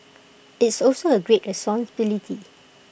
it's also A great responsibility